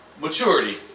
Maturity